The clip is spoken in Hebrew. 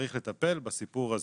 צריך לטפל בסיפור הזה.